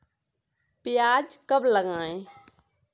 प्याज कब लगाएँ?